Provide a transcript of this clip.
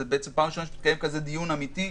זו בעצם פעם ראשונה שמתקיים כזה דיון אמיתי,